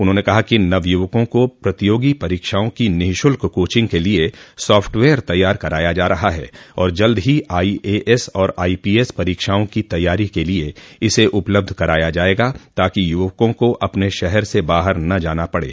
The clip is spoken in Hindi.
उन्होंने कहा कि नवयुवकों को प्रतियोगी परीक्षाओं की निःशुल्क कोचिंग के लिए सॉफ्टवेयर तैयार कराया जा रहा है और जल्द ही आईएएस और आईपीएस परीक्षाओं की तैयारी के लिए इसे उपलब्ध कराया जायेगा ताकि युवकों को अपने शहर से बाहर न जाना पड़े